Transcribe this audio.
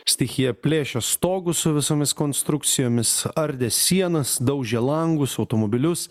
stichija plėšė stogus su visomis konstrukcijomis ardė sienas daužė langus automobilius